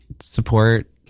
support